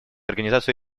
организацию